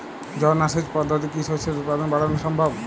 ঝর্না সেচ পদ্ধতিতে কি শস্যের উৎপাদন বাড়ানো সম্ভব?